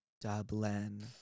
Dublin